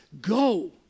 go